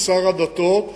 שר הדתות,